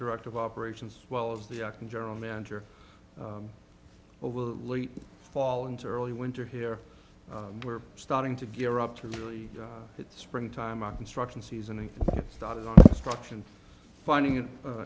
director of operations well as the acting general manager over the late fall into early winter here we're starting to gear up to really it's spring time a construction season and started on structure and finding